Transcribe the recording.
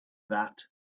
that